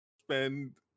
spend